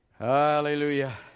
Hallelujah